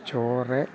ചോറ്